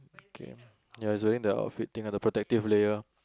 okay ya he's wearing the outfit thing ah the protective layer